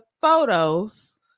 photos